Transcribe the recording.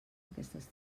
aquestes